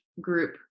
group